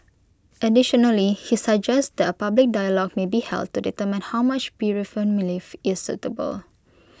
additionally he suggests that A public dialogue may be held to determine how much bereavement leave is suitable